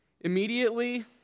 Immediately